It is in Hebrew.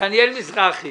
דניאל מזרחי